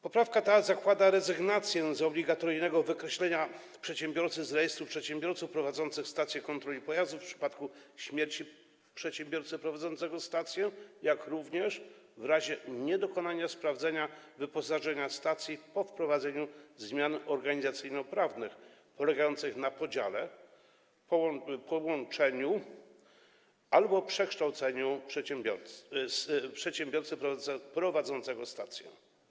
Poprawka ta zakłada rezygnację z obligatoryjnego wykreślenia przedsiębiorcy z rejestru przedsiębiorców prowadzących stację kontroli pojazdów w przypadku śmierci przedsiębiorcy prowadzącego stację, jak również w razie niedokonania sprawdzenia wyposażenia stacji po wprowadzeniu zmian organizacyjno-prawnych polegających na podziale, połączeniu albo przekształceniu przedsiębiorcy prowadzącego stację.